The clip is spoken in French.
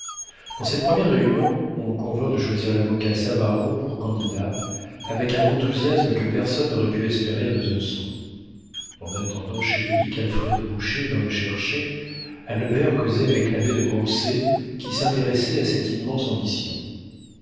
dans cette première réunion on convint de choisir l'avocat savaron pour candidat avec un enthousiasme que personne n'aurait pu espérer à besançon en attendant chez lui qu'alfred boucher vînt le chercher albert causait avec l'abbé de grancey qui s'intéressait à cette immense ambition